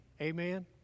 Amen